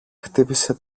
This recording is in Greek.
χτύπησε